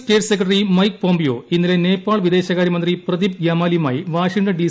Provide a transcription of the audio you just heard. state സെക്രട്ടറിക്ക്മക്ക് Pompeo ഇന്നലെ നേപ്പാൾ വിദേശകാര്യ്മ്ട്ര്തി പ്രദിപ് ഗ്യാമാലിയുമായി വാഷിംഗ്ടൺ ഡി